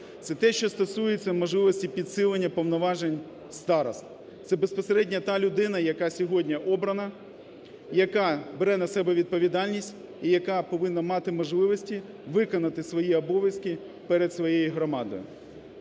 Це те, що стосується можливості підсилення повноважень старост. Це безпосередньо та людина, яка сьогодні обрана, яка бере на себе відповідальність і яка повинна мати можливості виконати свої обов'язки перед своєю громадою.